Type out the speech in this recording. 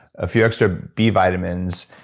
a few extra b vitamins,